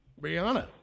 Brianna